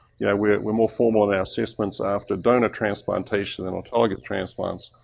yeah we're, we're more formal than our assessments after donor transplantation than autologous transplants.